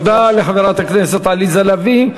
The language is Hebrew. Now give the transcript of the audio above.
תודה לחברת הכנסת עליזה לביא.